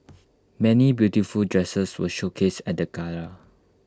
many beautiful dresses were showcased at the gala